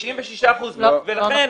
לא נכון.